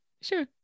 Sure